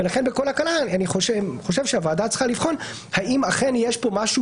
ולכן בכל הקלה אני חושב שהוועדה צריכה לבחון האם אכן יש פה משהו